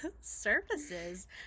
surfaces